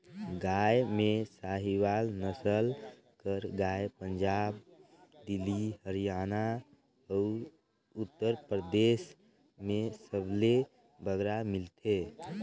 गाय में साहीवाल नसल कर गाय पंजाब, दिल्ली, हरयाना अउ उत्तर परदेस में सबले बगरा मिलथे